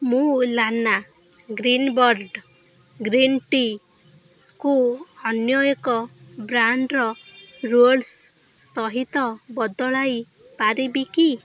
ମୁଁ ଲାନା ଗ୍ରୀନ୍ବର୍ଡ଼୍ ଗ୍ରୀନ୍ଟିକୁ ଅନ୍ୟ ଏକ ବ୍ରାଣ୍ଡ୍ର ରୋଲ୍ସ ସହିତ ବଦଳାଇ ପାରିବି କି